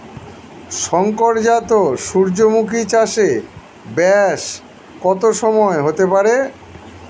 শংকর জাত সূর্যমুখী চাসে ব্যাস কত সময় হতে পারে?